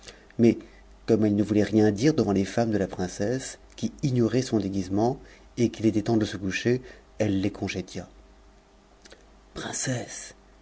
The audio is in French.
mais comme elle ne voulait rien dire devant les femmes de la princesse qui ignoraient son déguisement et qu'il était temps de se coucher elle les congédia